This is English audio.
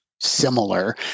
similar